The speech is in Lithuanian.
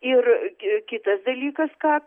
ir ki kitas dalykas ką